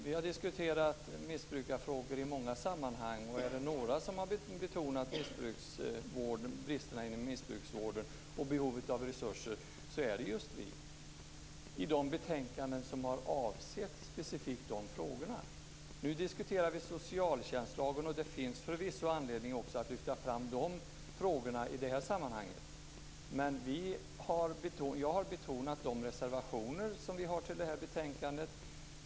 Vi har diskuterat missbrukarfrågor i många sammanhang, och är det några som har betonat bristerna inom missbruksvården och behovet av resurser så är det just vi, i de betänkanden som har avsett specifikt de frågorna. Nu diskuterar vi socialtjänstlagen, och det finns förvisso anledning att också lyfta fram de frågorna i det här sammanhanget. Men jag har betonat de reservationer som vi har till det här betänkandet.